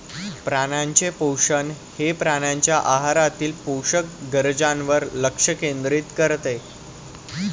प्राण्यांचे पोषण हे प्राण्यांच्या आहारातील पोषक गरजांवर लक्ष केंद्रित करते